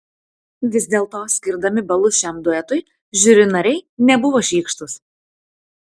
vis dėlto skirdami balus šiam duetui žiuri nariai nebuvo šykštūs